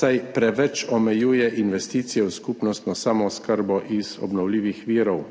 saj preveč omejuje investicije v skupnostno samooskrbo iz obnovljivih virov.